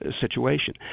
situation